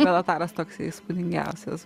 belataras toksai įspūdingiausias